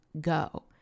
go